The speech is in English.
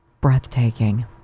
Breathtaking